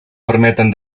permeten